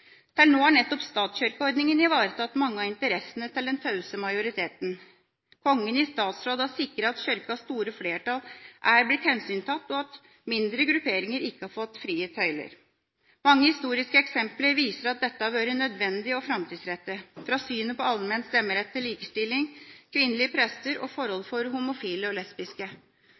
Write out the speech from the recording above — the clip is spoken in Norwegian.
nå har nettopp statskirkeordninga ivaretatt mange av interessene til den tause majoriteten. Kongen i statsråd har sikret at Kirkas store flertall er blitt hensyntatt, og at mindre grupperinger ikke har fått frie tøyler. Mange historiske eksempler viser at dette har vært nødvendig og framtidsrettet: fra synet på allmenn stemmerett til likestilling, kvinnelige prester og forholdene for homofile og lesbiske.